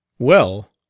well,